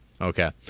Okay